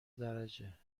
درجه